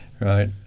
right